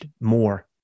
more